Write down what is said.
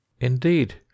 Indeed